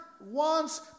wants